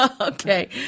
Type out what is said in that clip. Okay